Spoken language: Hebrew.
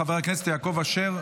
חבר הכנסת יעקב אשר,